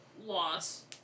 Loss